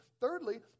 Thirdly